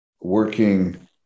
working